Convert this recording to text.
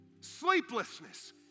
sleeplessness